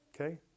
okay